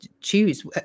choose